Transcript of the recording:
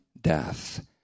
death